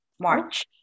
March